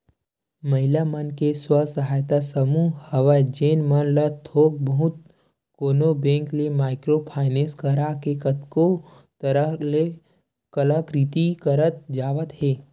महिला मन के स्व सहायता समूह हवय जेन मन ह थोक बहुत कोनो बेंक ले माइक्रो फायनेंस करा के कतको तरह ले कलाकृति करत जावत हे